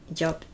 job